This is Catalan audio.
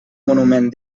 monument